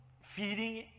feeding